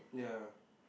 ya